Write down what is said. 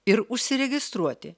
ir užsiregistruoti